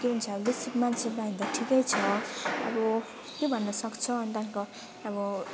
के हुन्छ बेसी मान्छे पाइँदा ठिकै छ अब के भन्न सक्छ अनि त्यहाँको अब